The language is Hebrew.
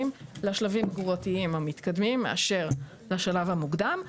לשלבים הגרורתיים המתקדמים מאשר השלב המוקדם,